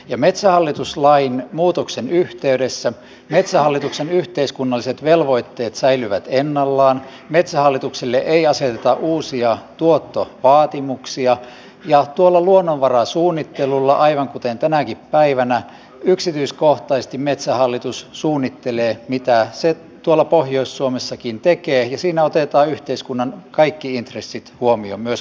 metsähallitus lain muutoksen yhteydessä metsähallituksen yhteiskunnalliset velvoitteet säilyvät ennallaan metsähallitukselle ei aseteta uusia tuottovaatimuksia ja tuolla luonnonvarasuunnittelulla aivan kuten tänäkin päivänä yksityiskohtaisesti metsähallitus suunnittelee mitä se tuolla pohjois suomessakin tekee ja siinä otetaan yhteiskunnan kaikki intressit huomioon myös vastaisuudessa